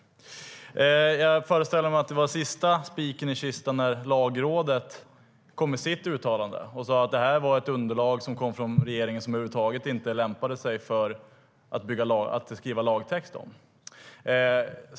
Jag föreställer mig att det var sista spiken i kistan när Lagrådet kom med sitt uttalande. Lagrådet sade att underlaget från regeringen över huvud taget inte lämpade sig för att skriva lagtext om.